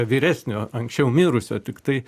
vyresnio anksčiau mirusio tiktai